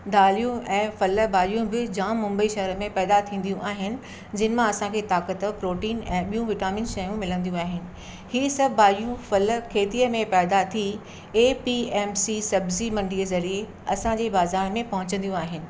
दालियूं ऐं फल भाॼियूं बि जाम मुंबई शहर में पैदा थींदियूं आहिनि जिन मां असांखे ताक़त प्रोटीन ऐं ॿियूं विटामिन शयूं मिलंदियूं आहिनि इहे सभु भाॼियूं फल खेतीअ में पैदा थी ऐपीएमसी सब्ज़ी मंडी ज़रिए असांजे बाज़ारि में पहुचंदियूं आहिनि